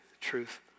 truth